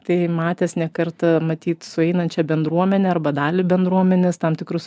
tai matęs ne kartą matyt sueinančią bendruomenę arba dalį bendruomenės tam tikrus